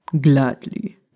Gladly